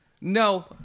no